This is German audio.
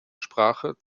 sprache